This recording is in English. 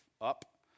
up